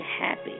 happy